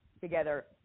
together